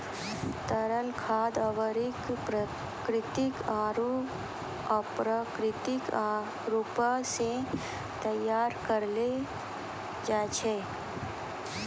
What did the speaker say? तरल खाद उर्वरक प्राकृतिक आरु अप्राकृतिक रूपो सें तैयार करलो जाय छै